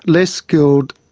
less skilled,